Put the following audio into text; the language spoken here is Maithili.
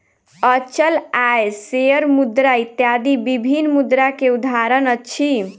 अचल आय, शेयर मुद्रा इत्यादि विभिन्न मुद्रा के उदाहरण अछि